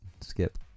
skip